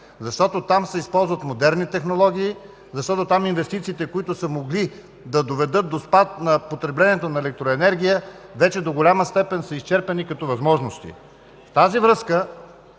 Защото там се използват модерни технологии, защото там инвестициите, които са могли да доведат до спад на потреблението на електроенергия, до голяма степен вече са изчерпани като възможности. В тази връзка,